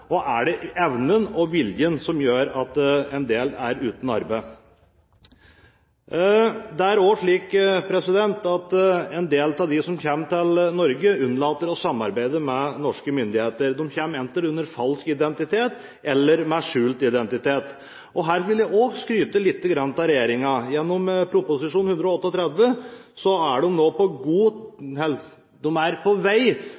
om det er evnen eller viljen som gjør at en del er uten arbeid. Det er også slik at en del av dem som kommer til Norge, unnlater å samarbeide med norske myndigheter. De kommer enten under falsk identitet eller med skjult identitet. Her vil jeg også skryte lite grann av regjeringen. Gjennom Prop. 138 L for 2010–2011 er de på vei